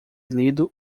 lido